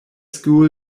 school